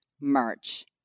merch